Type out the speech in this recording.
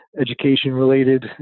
education-related